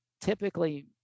typically